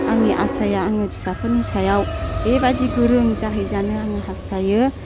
आंनि आसाया आंनि फिसाफोरनि सायाव बेबायदि गोरों जाहैजानो आं हास्थायो